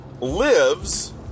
lives